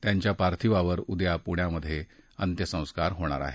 त्यांच्या पार्थिवावर उद्या पुण्यात अंत्यसंस्कार होणार आहेत